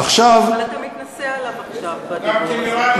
עכשיו, אבל אתה מתנשא עליו בדיבור הזה.